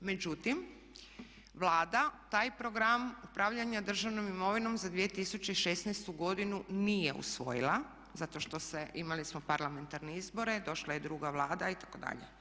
Međutim, Vlada taj program upravljanja državnom imovinom za 2016. godinu nije usvojila, zato što se, imali smo parlamentarne izbore, došla je druga Vlada itd.